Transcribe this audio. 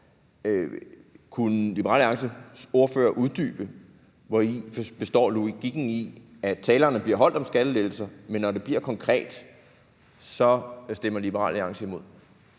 Kunne Liberal Alliances ordfører uddybe logikken i, af talerne bliver holdt om skattelettelser, men når det bliver konkret, så stemmer Liberal Alliance imod?